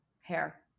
Hair